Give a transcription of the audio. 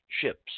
ships